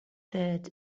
that